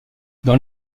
dans